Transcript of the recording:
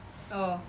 oh